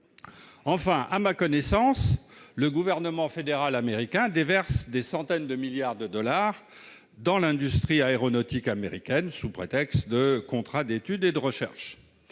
Enfin, à ma connaissance, le gouvernement fédéral américain déverse des centaines de milliards de dollars dans l'industrie aéronautique américaine sous prétexte de contrats d'étude et de recherche.